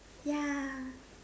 ya